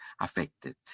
affected